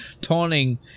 Taunting